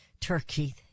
Turkey